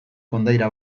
kondaira